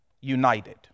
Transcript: united